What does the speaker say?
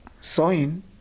sewing